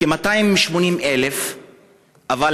כ-280,000 כלי נשק,